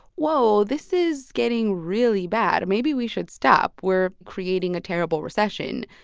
whoa, this is getting really bad. maybe we should stop. we're creating a terrible recession.